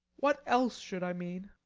what else should i mean?